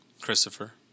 Christopher